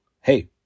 Hey